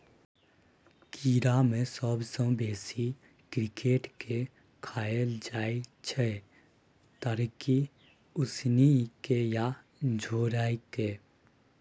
कीड़ा मे सबसँ बेसी क्रिकेट केँ खाएल जाइ छै तरिकेँ, उसनि केँ या झोराए कय